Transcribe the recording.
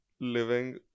living